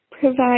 provide